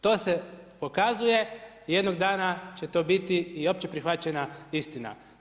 To se pokazuje i jednog dana će to biti i općeprihvaćena istina.